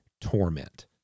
torment